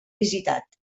visitat